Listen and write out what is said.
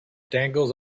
dangles